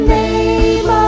name